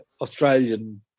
Australian